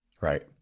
Right